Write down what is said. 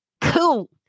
Cool